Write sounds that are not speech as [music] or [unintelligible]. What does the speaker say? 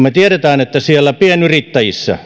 [unintelligible] me tiedämme että siellä pienyrittäjillä